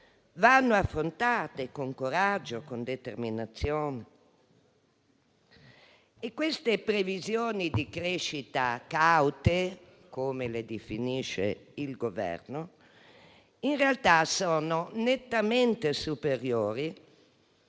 vanno affrontate con coraggio e determinazione. Queste previsioni di crescita caute, come le definisce il Governo, in realtà sono nettamente superiori